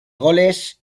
goles